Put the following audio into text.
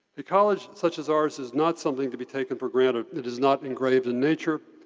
a college such as ours is not something to be taken for granted. it is not engraved in nature.